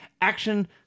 action